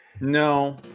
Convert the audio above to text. No